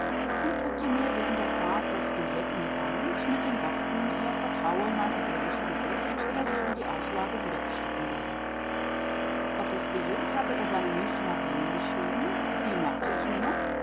und drückte mir während der fahrt das billett in die hand mit den worten er vertraue meinem ehrlichen gesicht daß ich ihm die auslage wiedererstatten werde auf das billett hatte er seine münchener wohnung geschrieben die merkte ich mir